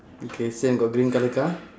okay same got green colour car